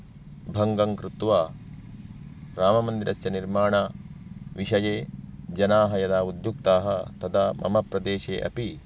भङ्गं कृत्वा राममन्दिरस्य निर्माणविषये जनाः यदा उद्युक्ताः तदा मम प्रदेशे अपि